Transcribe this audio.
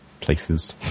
places